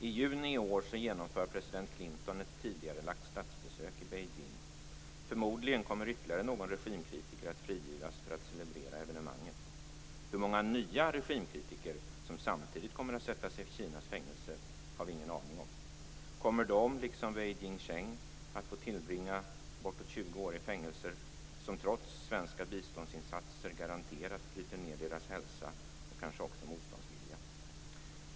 I juni i år genomför president Clinton ett tidigarelagt statsbesök i Beijing. Förmodligen kommer ytterligare någon regimkritiker att frigivas för att celebrera evenemanget. Hur många nya regimkritiker som samtidigt kommer att sättas i Kinas fängelser har vi ingen aning om. Kommer de liksom Wei Jingsheng att få tillbringa bortåt 20 år i fängelser som, trots svenska biståndsinsatser, garanterat bryter ned deras hälsa och kanske också motståndsvilja?